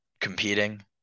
competing